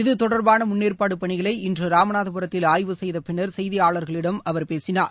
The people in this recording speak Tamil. இதுதொடர்பாள முன்னேற்பாடு பணிகளை இன்று ராமநாதபுரத்தில் ஆய்வு செய்தபின்னர் செய்தியாளர்களிடம் அவர் பேசினார்